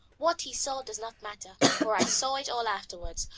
what he saw does not matter, for i saw it all afterwards,